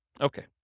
Okay